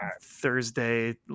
Thursday